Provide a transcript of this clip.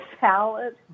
salad